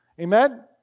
amen